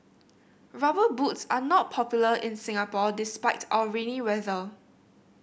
Rubber Boots are not popular in Singapore despite our rainy weather